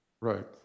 Right